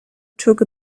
took